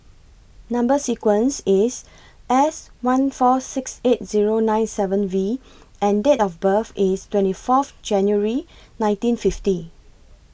Number sequence IS S one four six eight Zero nine seven V and Date of birth IS twenty Fourth January nineteen fifty